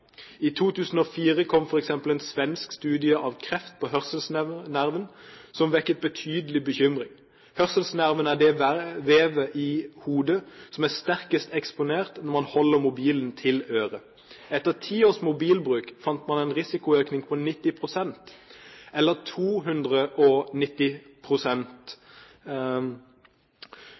I 2004 kom f.eks. en svensk studie om kreft på hørselsnerven, som vekket betydelig bekymring. Hørselsnerven er det vevet i hodet som er sterkest eksponert når man holder mobilen til øret. Etter ti års mobilbruk fant man en risikoøkning på 90 pst. – eller